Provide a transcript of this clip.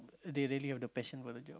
they really have the passion for the job